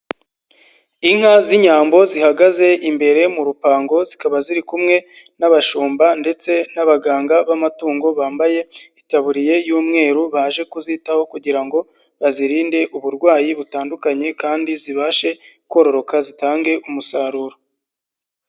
Inka z'inyambo zihagaze imbere mu rupango, zikaba ziri kumwe n'abashumba ndetse n'abaganga b'amatungo, bambaye itaburiya y'umweru, baje kuzitaho kugira ngo bazirinde uburwayi butandukanye kandi zibashe kororoka, zitange umusaruro.